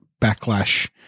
backlash